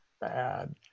bad